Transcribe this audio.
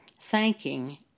thanking